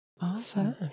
Awesome